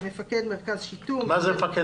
מפקד מרכז שיטור,"